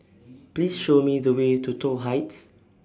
Please Show Me The Way to Toh Heights